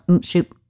shoot